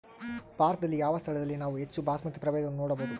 ಭಾರತದಲ್ಲಿ ಯಾವ ಸ್ಥಳದಲ್ಲಿ ನಾವು ಹೆಚ್ಚು ಬಾಸ್ಮತಿ ಪ್ರಭೇದವನ್ನು ನೋಡಬಹುದು?